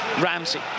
Ramsey